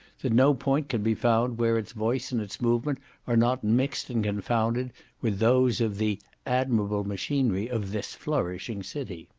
that no point can be found where its voice and its movement are not mixed and confounded with those of the admirable machinery of this flourishing city.